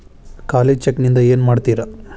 ಖಾಲಿ ಚೆಕ್ ನಿಂದ ಏನ ಮಾಡ್ತಿರೇ?